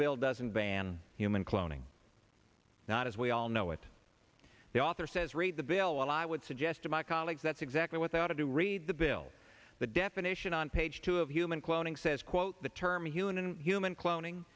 bill doesn't ban human cloning not as we all know it the author says read the bill i would suggest to my colleagues that's exactly what they ought to do read the bill the definition on page two of human cloning says quote the term human in human cloning